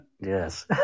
Yes